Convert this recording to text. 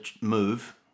move